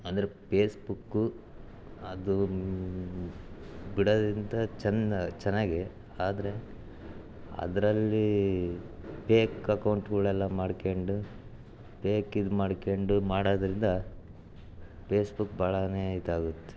ಅಂದರೆ ಫೇಸ್ಬುಕ್ಕು ಅದು ಬಿಡದಿಂತ ಚೆನ್ನ ಚೆನ್ನಾಗಿ ಆದರೆ ಅದರಲ್ಲಿ ಫೇಕ್ ಅಕೌಂಟ್ಗಳೆಲ್ಲ ಮಾಡ್ಕೊಂಡು ಫೇಕ್ ಇದು ಮಾಡ್ಕೊಂಡು ಮಾಡೋದ್ರಿಂದ ಫೇಸ್ಬುಕ್ ಭಾಳನೇ ಇದಾಗುತ್ತೆ